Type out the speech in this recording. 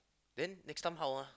then next time how ah